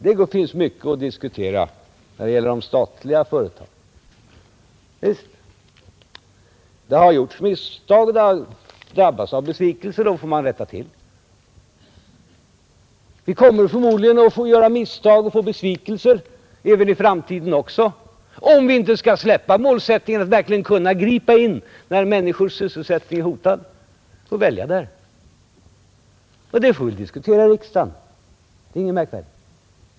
Det finns mycket att diskutera när det gäller statliga företag. Det har begåtts misstag och vi har drabbats av besvikelser, men sådana misstag får rättas till. Vi kommer förmodligen att göra misstag och drabbas av besvikelser i framtiden också, om vi inte skall släppa målsättningen att verkligen gripa in när människors sysselsättning är hotad. Där får vi alltså välja. Och att frågorna diskuteras i riksdagen är ingenting märkvärdigt.